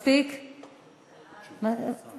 זחאלקה, מספקת